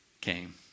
came